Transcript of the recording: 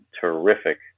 terrific